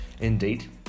indeed